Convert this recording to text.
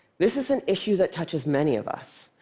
this is an issue that touches many of us,